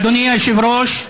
אדוני היושב-ראש,